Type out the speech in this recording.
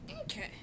okay